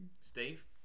Steve